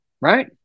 right